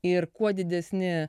ir kuo didesni